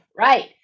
right